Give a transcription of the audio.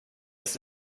ist